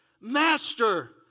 Master